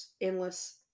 endless